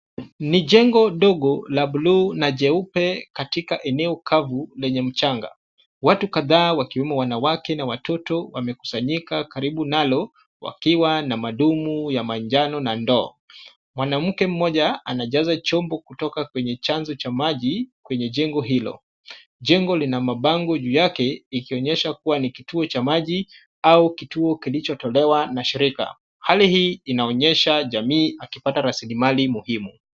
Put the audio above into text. Ni jengo dogo la bluu na jeupe katika eneo kavu lenye mchanga. Watu kadhaa wakiwemo wanawake na watoto wamekusanyika karibu nalo, wakiwa na madumu ya manjano na ndoo. Mwanamke mmoja anajaza chombo kutoka kwenye chanzo cha maji kwenye jengo hilo. Jengo lina mabango juu yake ikionyesha kuwa ni kituo cha maji au kituo kilichotolewa na shirika. Hali hii inaonyesha jamii akipata raslimali muhimu.